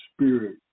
spirit